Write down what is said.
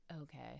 Okay